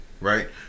right